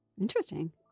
Interesting